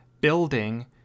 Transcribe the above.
building